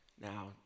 Now